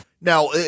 Now